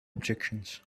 objections